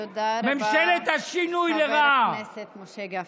תודה רבה, חבר הכנסת משה גפני.